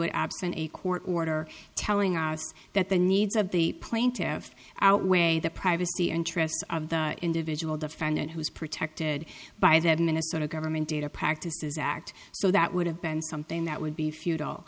absent a court order telling us that the needs of the plaintiffs outweigh the privacy interests of the individual defendant who is protected by that minnesota government data practices act so that would have been something that would be futile